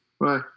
Bye